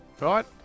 right